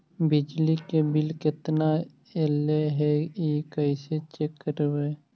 बिजली के बिल केतना ऐले हे इ कैसे चेक करबइ?